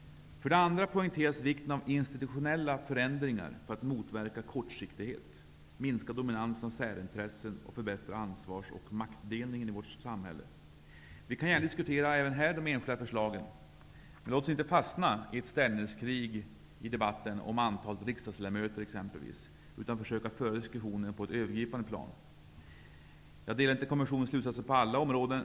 För det andra poängteras vikten av institutionella förändringar för att motverka kortsiktighet, minska dominansen av särintressen och förbättra ansvarsoch maktdelningen i vårt samhälle. Vi kan gärna diskutera de enskilda förslagen. Men låt oss inte fastna i ett ställningskrig om t.ex. antalet riksdagsledamöter, utan försöka föra diskussionen på ett övergripande plan. Jag delar inte kommissionens slutsatser på alla områden.